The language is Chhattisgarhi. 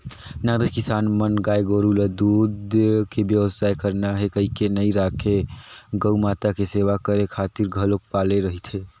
नगदेच किसान मन गाय गोरु ल दूद के बेवसाय करना हे कहिके नइ राखे गउ माता के सेवा करे खातिर घलोक पाले रहिथे